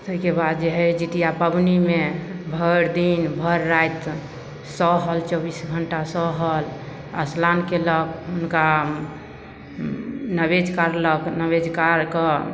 ताहिके बाद जे हइ जितिआ पबनीमे भरिदिन भरि राति सहल चौबीस घण्टा सहल अस्नान कएलक हुनका नैवेद्य काढ़लक नैवेद्य काढ़िकऽ